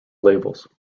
labels